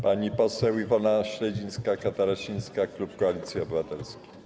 Pani poseł Iwona Śledzińska-Katarasińska, klub Koalicji Obywatelskiej.